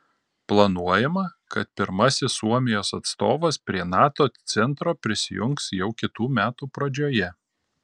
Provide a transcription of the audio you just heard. planuojama kad pirmasis suomijos atstovas prie nato centro prisijungs jau kitų metų pradžioje